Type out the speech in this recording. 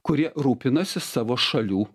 kurie rūpinasi savo šalių